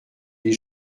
les